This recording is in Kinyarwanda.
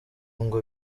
ngo